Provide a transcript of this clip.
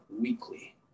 weekly